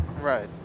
Right